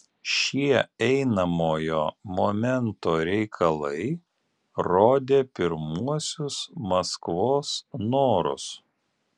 šie einamojo momento reikalai rodė pirmuosius maskvos norus